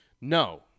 No